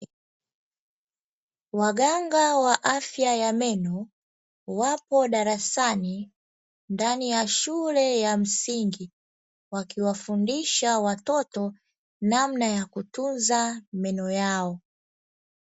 Waganga wa afya ya meno wapo darasani ndani ya shule ya msingi, wakiwafundisha watoto namna ya kutunza meno yao.